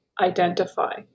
identify